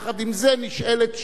יחד עם זה נשאלת השאלה,